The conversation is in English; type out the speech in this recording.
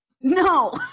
No